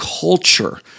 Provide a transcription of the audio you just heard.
culture